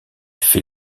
fait